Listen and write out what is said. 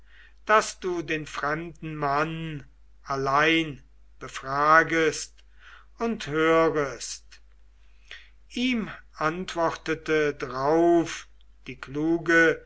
daß du den fremden mann allein befragest und hörest ihm antwortete drauf die kluge